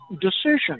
decision